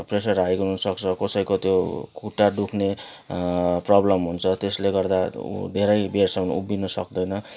pressure high हुन सक्छ कसैको त्यो खुट्टा दुख्ने प्रब्लम हुन्छ त्यसले गर्दा धेरै बेरसम्म उभिनु सक्दैन